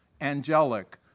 angelic